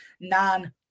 non-